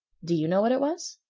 do you know what it was?